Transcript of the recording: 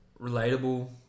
relatable